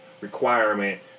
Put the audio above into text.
requirement